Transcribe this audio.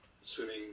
swimming